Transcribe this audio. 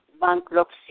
bankruptcy